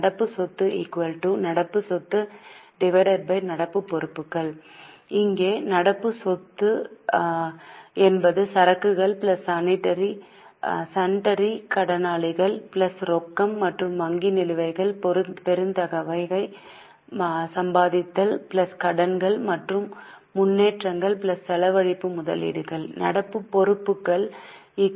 நடப்பு சொத்து நடப்பு சொத்து நடப்பு பொறுப்புகள் இங்கே நடப்பு சொத்து சிஏ சரக்குகள் சன்ட்ரி கடனாளிகள் ரொக்கம் மற்றும் வங்கி நிலுவைகள் பெறத்தக்கவை சம்பாதித்தல் கடன்கள் மற்றும் முன்னேற்றங்கள் செலவழிப்பு முதலீடுகள் நடப்பு பொறுப்புகள் சி